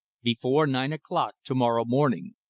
before nine o'clock to-morrow morning.